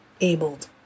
abled